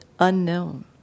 unknown